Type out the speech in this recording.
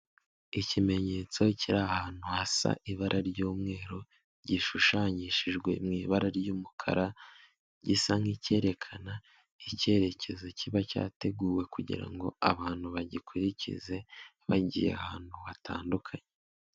Ikimenyetso kiri ahantu hasa ibara ry'umweru, gishushanyishijwe mu ibara ry'umukara, gisa nk'icyerekana icyerekezo kiba cyateguwe kugira ngo abantu bagikurikize, bagiye ahantu hatandukanye.